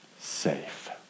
safe